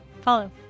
follow